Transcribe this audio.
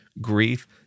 grief